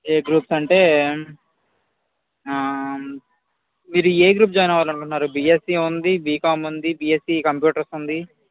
ఏ groups అంటే ఆ మీరు ఏ గ్రూప్ జాయిన్ అవ్వాలి అనుకుంటున్నారు బిఎస్సి ఉంది బికామ్ ఉంది బిఎస్సి కంప్యూటర్స్ ఉంది